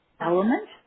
element